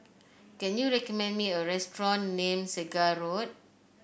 can you recommend me a restaurant near Segar Road